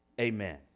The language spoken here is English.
amen